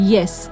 Yes